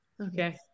Okay